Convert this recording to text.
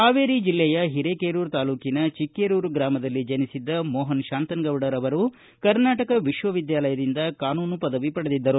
ಹಾವೇರಿ ಜಿಲ್ಲೆಯ ಹಿರೇಕೆರೂರ ತಾಲ್ನೂಕಿನ ಚಿಕ್ಕೇರೂರು ಗ್ರಾಮದಲ್ಲಿ ಜನಿಸಿದ್ದ ಮೋಪನ್ ಶಾಂತನಗೌಡರ ಕರ್ನಾಟಕ ವಿಶ್ವವಿದ್ಯಾಲಯದಿಂದ ಕಾನೂನು ಪದವಿ ಪಡೆದಿದ್ದರು